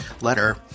letter